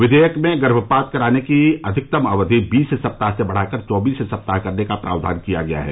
विधेयक में गर्मपात कराने की अधिकतम अवधि बीस सप्ताह से बढ़ाकर चौबीस सप्ताह करने का प्रावधान किया गया है